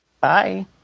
Bye